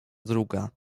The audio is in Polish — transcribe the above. druga